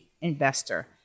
investor